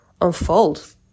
unfold